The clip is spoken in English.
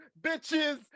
bitches